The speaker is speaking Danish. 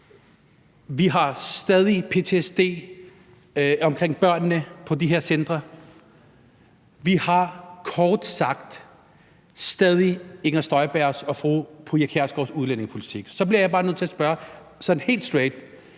Vi har stadig ptsd hos børn i de her centre. Vi har kort sagt stadig fru Inger Støjbergs og fru Pia Kjærsgaards udlændingepolitik. Så bliver jeg bare nødt til at spørge sådan helt straight,